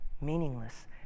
meaningless